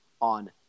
on